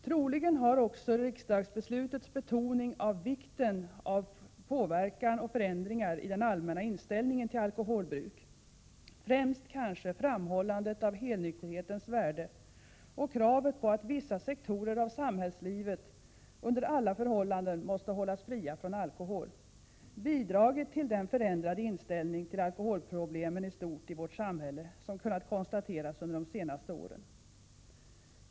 Troligen har också riksdagsbeslutets betoning av vikten av påverkan och förändringar i den allmänna inställningen till alkoholbruk — främst kanske framhållandet av helnykterhetens värde och kravet på att vissa sektorer av samhällslivet under alla förhållanden måste hållas fria från alkohol — bidragit till den förändrade inställning till alkoholproblemen i stort i vårt samhälle som kunnat konstateras under de senaste åren.